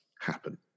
happen